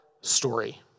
story